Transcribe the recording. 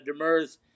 Demers